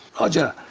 roger?